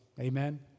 Amen